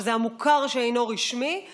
שזה המוכר שאינו רשמי בפרט,